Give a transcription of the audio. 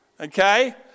Okay